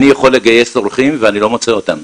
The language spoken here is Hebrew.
אני יכול לגייס עורכים ואני לא מוצא אותם